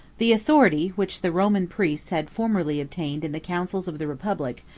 the authority, which the roman priests had formerly obtained in the counsels of the republic,